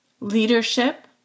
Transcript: leadership